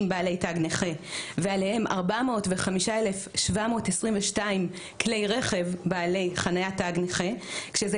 בעלי תג נכה ועליהם 405,722 כלי רכב בעלי חניה תג נכה כשזה